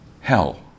hell